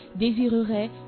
désirerait